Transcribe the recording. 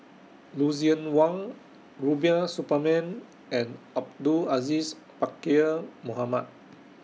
Lucien Wang Rubiah Suparman and Abdul Aziz Pakkeer Mohamed